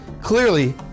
Clearly